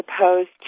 opposed